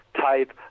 type